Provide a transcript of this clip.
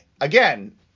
again